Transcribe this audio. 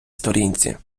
сторінці